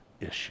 issue